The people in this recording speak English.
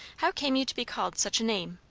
how came you to be called such a name?